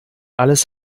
alles